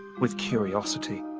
with curiosity.